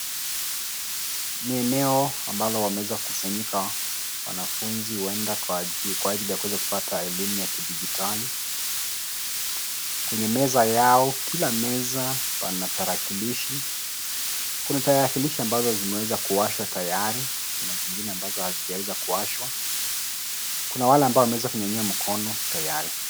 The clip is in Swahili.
Ni eneo ambalo wameweza kusanyika wanafunzi huenda kwa aji, kwa ajili ya kuweza kupata elimu ya kidijitali. Kwenye meza yao kila meza pana tarakilishi. Kuna tarakilishi ambazo zimeweza kuwashwa tayari, kuna zingine ambazo hazijaweza kuwashwa. Kuna wale ambao wameweza kunyanyua mkono tayari.